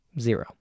Zero